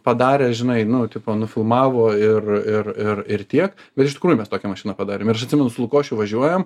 padarė žinai nu tipo nufilmavo ir ir ir ir tiek bet iš tikrųjų mes tokią mašiną padarėm ir aš atsimenu su lukošiu važiuojam